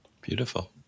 Beautiful